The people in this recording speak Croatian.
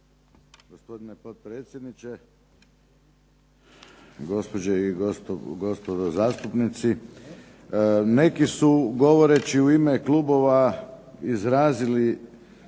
Gospodine potpredsjedniče, gospođe i gospodo zastupnici. Neki su govoreći u ime klubova izrazili